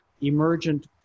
emergent